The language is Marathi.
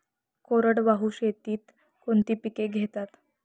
कोरडवाहू शेतीत कोणती पिके घेतात?